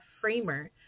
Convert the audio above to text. framer